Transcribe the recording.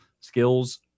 skills